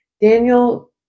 Daniel